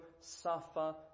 suffer